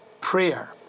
prayer